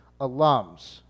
alums